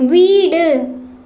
வீடு